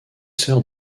sœurs